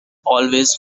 always